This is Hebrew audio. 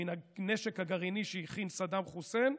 מהנשק הגרעיני שהכין סדאם חוסיין,